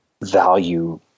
value